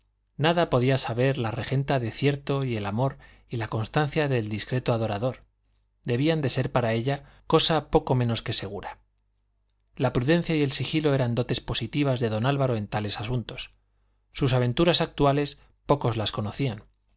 nada podía saber la regenta de cierto y el amor y la constancia del discreto adorador debían de ser para ella cosa poco menos que segura la prudencia y el sigilo eran dotes positivas de don álvaro en tales asuntos sus aventuras actuales pocos las conocían